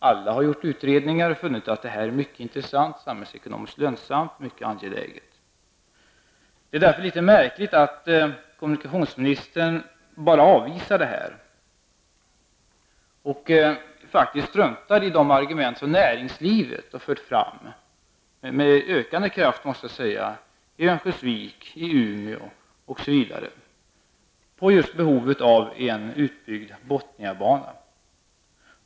Alla har gjort utredningar och funnit att detta är mycket intressant, samhällsekonomiskt lönsamt och mycket angeläget. Det är därför litet märkligt att kommunikationsministern bara avvisar detta och faktiskt struntar i de argument som näringslivet i Örnsköldsvik och Umeå har fört fram -- med ökande krav, måste jag säga -- för just behovet av en utbyggd Botniabana.